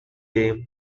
game